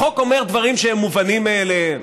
החוק אומר דברים שהם מובנים מאליהם,